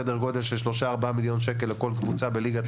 סדר גודל של 3-4 מיליון שקל לכל קבוצה בליגת